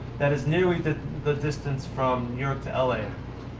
that is nearly the the distance from new york to la.